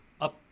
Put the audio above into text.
up